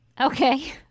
Okay